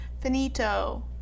finito